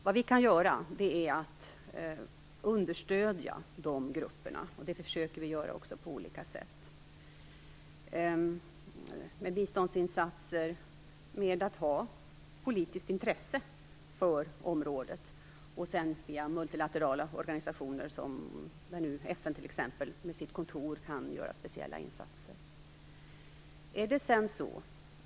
Vad vi kan göra är att understödja dessa människor, och det försöker vi göra på olika sätt, med biståndsinsatser, med att ha politiskt intresse för området och via multilaterala organisationer, t.ex. FN med sitt kontor, som kan göra speciella insatser.